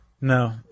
No